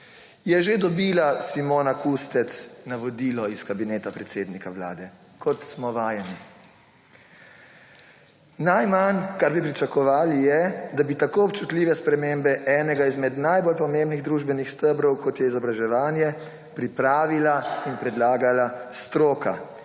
Je že dobila Simona Kustec navodilo iz Kabineta predsednika Vlade, kot smo vajeni. Najmanj, kar bi pričakovali, je, da bi tako občutljive spremembe enega izmed najbolj pomembnih družbenih stebrov, kot je izobraževanje, pripravila in predlagala stroka,